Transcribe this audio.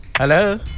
Hello